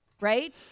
Right